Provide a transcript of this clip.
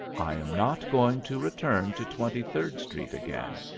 i am not going to return to twenty-third street again,